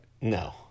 No